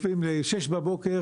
בשש בבוקר,